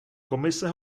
komise